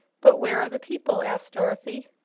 but where are the people? asked dorothy.